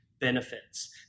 benefits